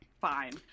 Fine